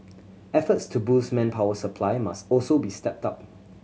efforts to boost manpower supply must also be stepped up